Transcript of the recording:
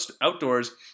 outdoors